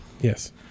Yes